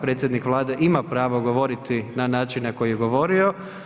Predsjednik Vlade ima pravo govoriti na način na koji je govorio.